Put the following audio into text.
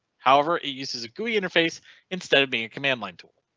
however, it uses a gui interface instead of being a command line tool.